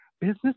business